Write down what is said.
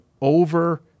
over